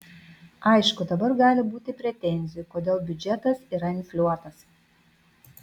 aišku dabar gali būti pretenzijų kodėl biudžetas yra infliuotas